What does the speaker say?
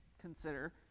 consider